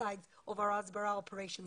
נקרא לה הסברה כרגע,